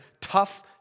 tough